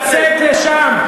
לצאת לשם,